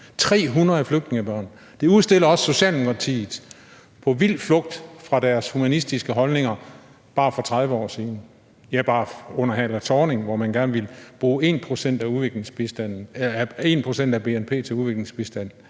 300 flygtningebørn. Det udstiller også Socialdemokratiet på vild flugt fra deres humanistiske holdninger for bare 30 år siden – ja, bare under Helle Thorning-Schmidt, hvor man gerne ville bruge 1 pct. af bnp til udviklingsbistand.